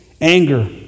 anger